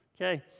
Okay